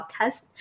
podcast